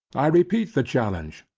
i repeat the challenge,